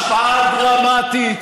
השפעה דרמטית,